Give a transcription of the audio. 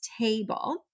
table